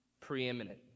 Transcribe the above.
preeminent